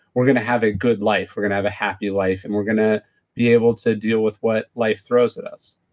we're going to have a good life. we're going to have a happy life, and we're going to be able to deal with what life throws at us